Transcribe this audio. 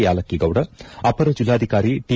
ಯಾಲಕ್ಕಿ ಗೌಡ ಅಪರ ಜಿಲ್ಲಾಧಿಕಾರಿ ಟಿ